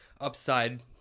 upside